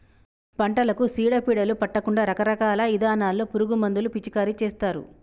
పంటలకు సీడ పీడలు పట్టకుండా రకరకాల ఇథానాల్లో పురుగు మందులు పిచికారీ చేస్తారు